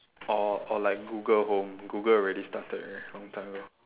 or or like google home google already started already long time ago